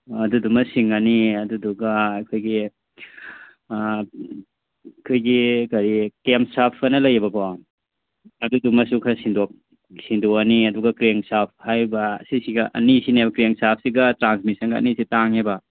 ꯑꯗꯨꯗꯨꯃ ꯁꯤꯟꯒꯅꯤ ꯑꯗꯨꯗꯨꯒ ꯑꯩꯈꯣꯏꯒꯤ ꯑꯩꯈꯣꯏꯒꯤ ꯀꯔꯤ ꯀꯦꯝꯁꯥꯞ ꯍꯥꯏꯅ ꯂꯩꯑꯕꯀꯣ ꯑꯗꯨꯗꯨꯃꯁꯨ ꯈꯔ ꯁꯤꯟꯗꯣꯛꯑꯅꯤ ꯑꯗꯨꯒ ꯀ꯭ꯔꯦꯡꯁꯥꯞ ꯍꯥꯏꯔꯤꯕ ꯁꯤꯁꯤꯒ ꯑꯅꯤꯁꯤꯅꯦꯕ ꯀ꯭ꯔꯦꯡꯁꯥꯞꯁꯤꯒ ꯇ꯭ꯔꯥꯟꯃꯤꯁꯟꯒ ꯑꯅꯤꯁꯦ ꯇꯥꯡꯉꯦꯕ